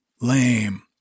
lame